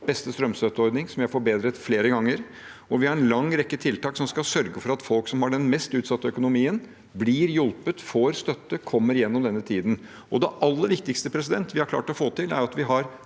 beste strømstøtteordning, som vi har forbedret flere ganger, og vi har en lang rekke tiltak som skal sørge for at folk som har den mest utsatte økonomien, blir hjulpet, får støtte og kommer gjennom denne tiden. Og det aller viktigste vi har klart å få til, er at vi har